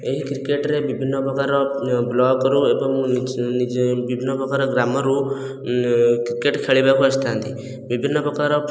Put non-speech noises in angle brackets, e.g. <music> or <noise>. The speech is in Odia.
ଏହି କ୍ରିକେଟରେ ବିଭିନ୍ନ ପ୍ରକାର ବ୍ଲକରୁ ଏବଂ <unintelligible> ବିଭିନ୍ନ ପ୍ରକାର ଗ୍ରାମରୁ କ୍ରିକେଟ ଖେଳିବାକୁ ଆସିଥାନ୍ତି ବିଭିନ୍ନ ପ୍ରକାର